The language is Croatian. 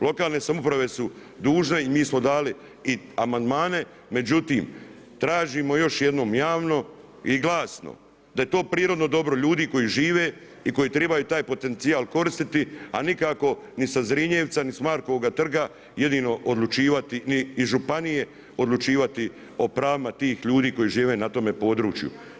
Lokalne samouprave su dužne i mi smo dali i amandmane, međutim, tražimo još jednom javno i glasno da je to prirodno dobro ljudi koji žive i koje trebaju taj potencijal koristiti, a nikako ni sa Zrinjevca ni sa Markova trga, jedino odlučivati ni županije, odlučivati o pravima tih ljudi koji žive na tome području.